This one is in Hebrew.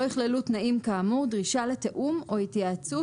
לא יכללו תנאים כאמור דרישה לתיאום או התייעצות